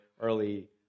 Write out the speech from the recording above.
early